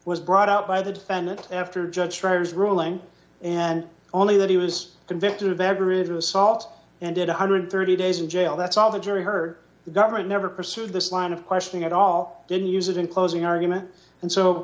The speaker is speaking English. was brought out by the defendant after judge schroeder's ruling and only that he was convicted of aggravated assault and did one hundred and thirty dollars days in jail that's all the jury heard the government never pursued this line of questioning at all didn't use it in closing argument and so